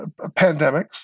pandemics